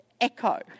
echo